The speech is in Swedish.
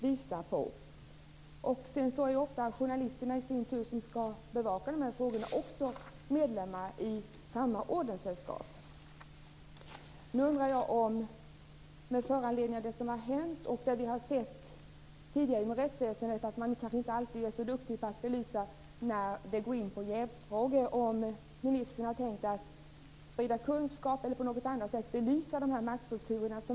Sedan är ofta journalisterna, som skall bevaka de här frågorna, i sin tur också medlemmar i samma ordenssällskap. Nu undrar jag med anledning av det som har hänt och det vi har sett tidigare inom rättsväsendet, alltså att man kanske inte alltid är så duktig att belysa jävsfrågor, om ministern har tänkt att sprida kunskap om eller på något annat sätt belysa dessa maktstrukturer.